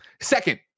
second